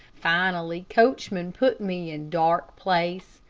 finally coachman put me in dark place,